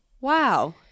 Wow